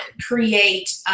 create